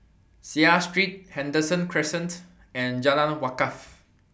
Seah Street Henderson Crescent and Jalan Wakaff